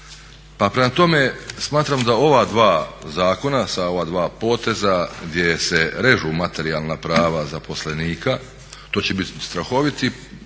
pa prema tome smatram da ova dva zakona, sa ova dva poteza gdje se režu materijalna prava zaposlenika to će biti strahoviti